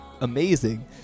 amazing